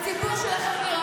אנחנו הושטנו לכם יד.